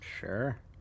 Sure